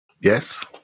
Yes